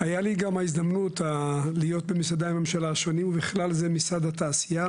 ההזדמנות להיות במשרדי הממשלה השונים ובכלל זה משרד התעשייה,